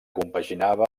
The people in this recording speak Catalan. compaginava